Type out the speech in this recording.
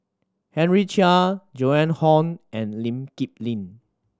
Henry Chia Joan Hon and Lee Kip Lin